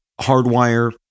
hardwire